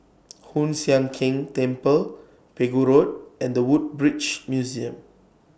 Hoon Sian Keng Temple Pegu Road and The Woodbridge Museum